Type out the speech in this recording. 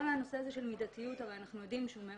אנחנו יודעים שכל הנושא של מידתיות הוא מאוד